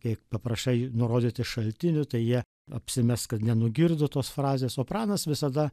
kai paprašai nurodyti šaltinį tai jie apsimes kad nenugirdo tos frazės o pranas visada